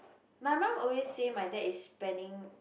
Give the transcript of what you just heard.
my mum always say my dad is spending